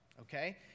okay